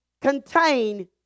contain